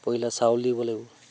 পহিলা চাউল দিব লাগিব